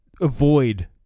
avoid